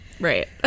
Right